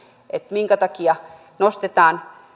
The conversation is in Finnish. minkä takia nostetaan